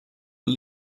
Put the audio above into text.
old